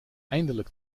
eindelijk